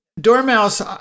Dormouse